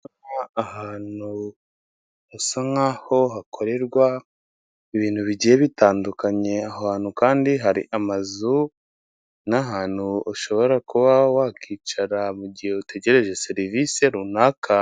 Ahantu hasa nkaho hakorerwa ibintu bigiye bitandukanye aho hantu kandi hari amazu n'ahantu ushobora kuba wakwicara mu gihe utegereje serivisi runaka.